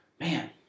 man